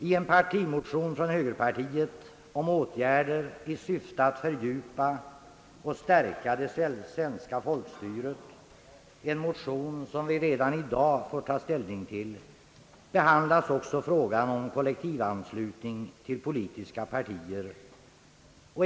I en partimotion från högerpartiet om åtgärder i syfte att fördjupa och stärka det svenska folkstyret — en motion som vi redan i dag får ta ställning till — behandlas också frågan om kollektivanslutning till politiska partier.